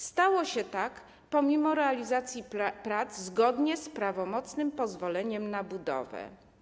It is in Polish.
Stało się tak pomimo realizacji prac zgodnie z prawomocnym pozwoleniem na budowę.